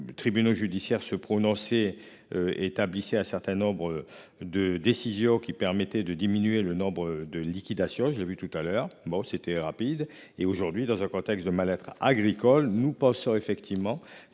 les. Tribunaux judiciaires se prononcer. Établissait un certain nombre de décisions qui permettait de diminuer le nombre de liquidation. Je l'ai vu tout à l'heure bon c'était rapide et aujourd'hui dans un contexte de mal-être agricole nous pensons effectivement